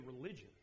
religion